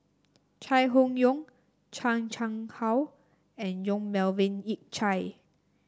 Chai Hon Yoong Chan Chang How and Yong Melvin Yik Chye